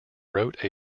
wrote